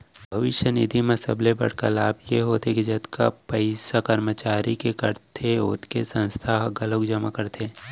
भविस्य निधि म सबले बड़का लाभ ए होथे के जतका पइसा करमचारी के कटथे ओतके संस्था ह घलोक जमा करथे